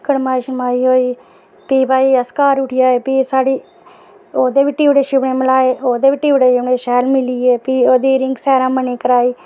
ते कड़माई होई ते भी अस घर उठी आए ते भी भई ओह्दे बी टिप्पड़े मिलाए ओह्दे बी शैल मिलियै ते भी ओह्दी बी रिंग सेरेमनी कराई